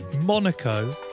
Monaco